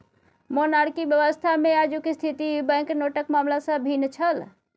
monarchy व्यवस्थामे आजुक स्थिति बैंकनोटक मामला सँ भिन्न छल